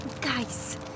Guys